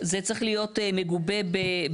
זה צריך להיות מגובה באסמכתאות.